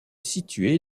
situé